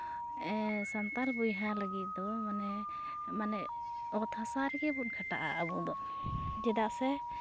ᱥᱟᱱᱛᱟᱲ ᱵᱚᱭᱦᱟ ᱞᱟᱹᱜᱤᱫ ᱫᱚ ᱢᱟᱱᱮ ᱢᱟᱱᱮ ᱚᱛ ᱦᱟᱥᱟ ᱨᱮᱜᱮ ᱵᱚᱱ ᱠᱷᱟᱴᱟᱜᱼᱟ ᱟᱵᱚ ᱫᱚ ᱪᱮᱫᱟᱜ ᱥᱮ